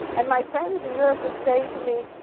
and my friends in europe would say to me,